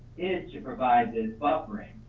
is to provide this buffering.